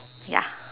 ya